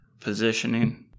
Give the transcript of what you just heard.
positioning